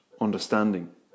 understanding